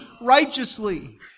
righteously